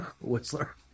Whistler